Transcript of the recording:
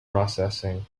processing